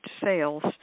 sales